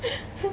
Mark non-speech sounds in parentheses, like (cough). (laughs)